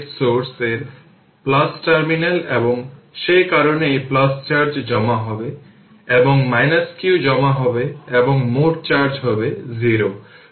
তাই 0 এর মধ্যে প্রথমে 0 থেকে r 2 সেকেন্ডের মধ্যে dvtdt বের করতে হবে 10 বাই 2 10 থেকে পাওয়ার 6 যে স্লোপটি গণনা করা হবে প্রাথমিকভাবে আমি বলেছিলাম